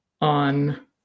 on